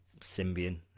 Symbian